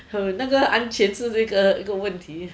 和那个安全是这个一个问题